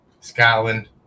scotland